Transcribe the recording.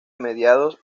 mediados